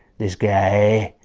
this guy.